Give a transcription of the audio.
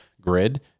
grid